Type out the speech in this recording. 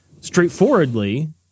straightforwardly